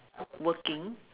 working